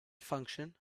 function